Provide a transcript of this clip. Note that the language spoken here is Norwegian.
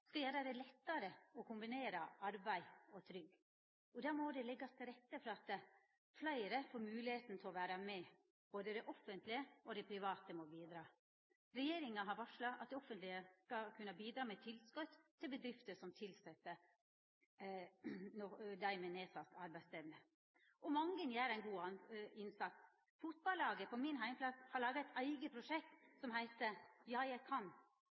skal gjera det lettare å kombinera arbeid og trygd. Da må det leggast til rette for at fleire får moglegheit til å vera med. Både det offentlege og det private må bidra. Regjeringa har varsla at det offentlege skal kunna bidra med tilskot til bedrifter som tilset dei med nedsett arbeidsevne. Mange gjer ein god innsats. Fotballaget på min heimplass har laga eit eige prosjekt, som heiter «Ja, jeg kan».